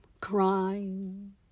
crying